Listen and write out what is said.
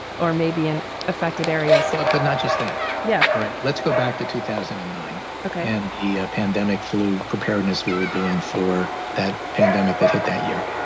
or maybe an affected area slip, but not just that yeah. all right. let's go back to two thousand and nine. ok. and the ah pandemic flu preparedness we were doing for that pandemic that hit that year.